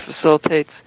facilitates